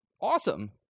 Awesome